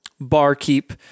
Barkeep